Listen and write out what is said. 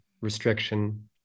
restriction